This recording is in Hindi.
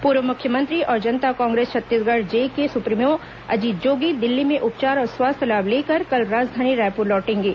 पूर्व मुख्यमंत्री और जनता कांग्रेस छत्तीसगढ़ जे के सुप्रीमो अजीत जोगी दिल्ली में उपचार और स्वास्थ्य लाभ लेकर कल राजधानी रायपुर लौटेंगे